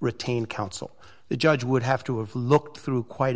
retained counsel the judge would have to have looked through quite